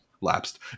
lapsed